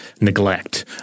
neglect